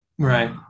Right